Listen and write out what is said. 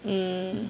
mm